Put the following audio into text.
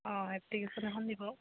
অঁ এপ্লিকেশ্যন এখন দিব